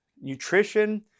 nutrition